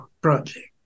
project